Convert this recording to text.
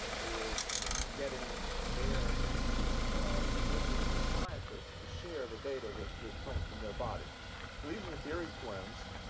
it is getting their physicians and scientists to share the data that that comes from their body. so these are the beery twins,